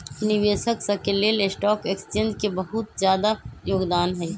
निवेशक स के लेल स्टॉक एक्सचेन्ज के बहुत जादा योगदान हई